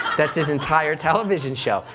that's his entire television show.